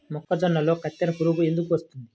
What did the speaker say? మొక్కజొన్నలో కత్తెర పురుగు ఎందుకు వస్తుంది?